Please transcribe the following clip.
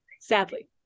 sadly